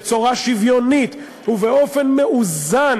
בצורה שוויונית ובאופן מאוזן